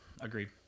agreed